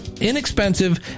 inexpensive